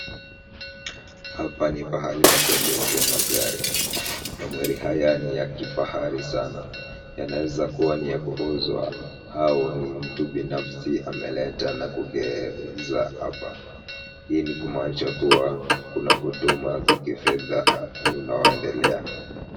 Hapa ni pahali pa kuwagezea magari. Magari haya, ni ya kifahari sana. Yanaweza kuwa ni ya kuuzwa, au ni mtu binafsi ameleta na kugeeza. Hapa. Hii ni kumaanisha kuwa, kuna huduma za kifedha unaoendelea.